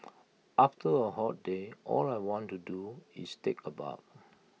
after A hot day all I want to do is take A bath